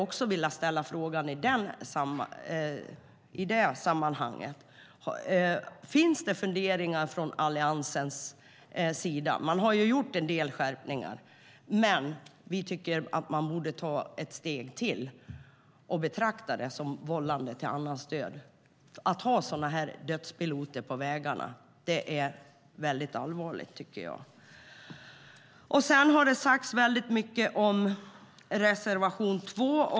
I detta sammanhang frågar jag: Finns det funderingar åt detta håll i Alliansen? Ni har ju gjort en del skärpningar, men vi tycker att ni borde ta ett steg till och betrakta det som vållande till annans död. Att ha dödspiloter på vägarna är allvarligt. Det har sagts mycket om reservation 2.